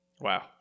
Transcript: Wow